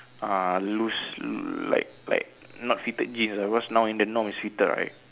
uh loose like like not fitted jeans ah because now in the norm is fitted right